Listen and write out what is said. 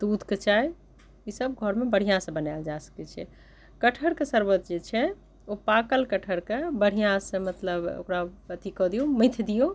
दूधके चाय ई सभ घरमे बढ़िआँ से बनायल जा सकैत छै कटहरके शरबत जे छै ओ पाकल कटहरके बढ़िआँ से मतलब ओकरा अथि कऽ दिऔ मथि दिऔ